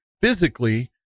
physically